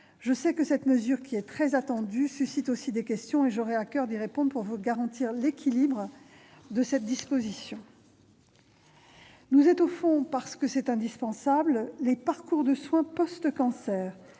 Je sais que cette mesure, qui est très attendue, suscite aussi des questions. J'aurai à coeur d'y répondre pour vous garantir l'équilibre de cette disposition. Nous étoffons, parce que c'est indispensable, les parcours de soins post-cancers,